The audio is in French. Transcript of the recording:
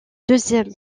deuxième